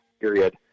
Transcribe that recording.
period